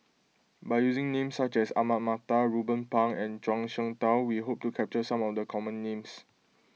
by using names such as Ahmad Mattar Ruben Pang and Zhuang Shengtao we hope to capture some of the common names